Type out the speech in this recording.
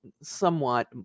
somewhat